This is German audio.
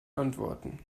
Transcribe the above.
antworten